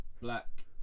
black